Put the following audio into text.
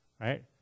right